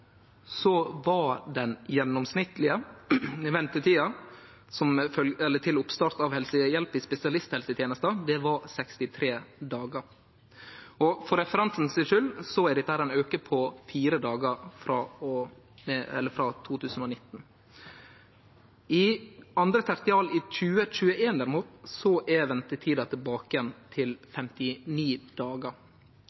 var den gjennomsnittlege ventetida til oppstart av helsehjelp i spesialisthelsetenesta 63 dagar. For referansen si skuld: Dette er ein auke på fire dagar samanlikna med 2019. I andre tertial i 2021, derimot, var ventetida tilbake igjen til